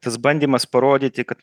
tas bandymas parodyti kad